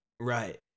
Right